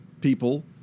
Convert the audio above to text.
people